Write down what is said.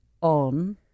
on